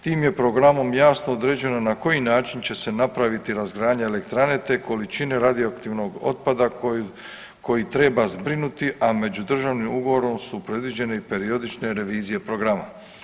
Tim je programom jasno određeno na koji način će se napraviti razgradnja elektrane te količine radioaktivnog otpada koji treba zbrinuti, a međudržavnim ugovorom su predviđeni i periodične revizije programa.